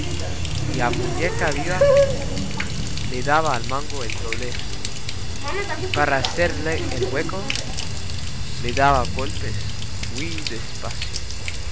a muñeca viva le daba al mango el doblez y para hacerle el hueco le daba golpes muy despacio